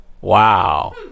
Wow